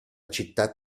città